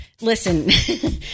listen